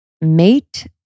Mate